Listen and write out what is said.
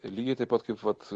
ir lygiai taip pat kaip vat